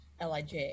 LIJ